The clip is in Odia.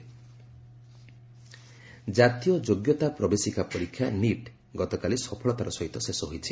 ନୀଟ୍ ଜାତୀୟ ଯୋଗ୍ୟତା ପ୍ରବେଶିକା ପରୀକ୍ଷା ନୀଟ୍ ଗତକାଲି ସଫଳତାର ସହିତ ଶେଷ ହୋଇଛି